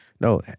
no